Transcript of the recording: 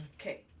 Okay